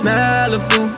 Malibu